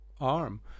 arm